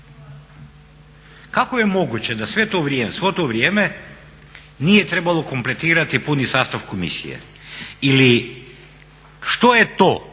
Kako je moguće da svo to vrijeme nije trebalo kompletirati puni sastav komisije ili što je to